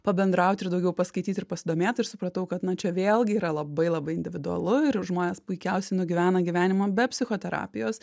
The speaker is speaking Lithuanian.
pabendraut ir daugiau paskaityt ir pasidomėt ir supratau kad na čia vėlgi yra labai labai individualu ir žmonės puikiausiai nugyvena gyvenimą be psichoterapijos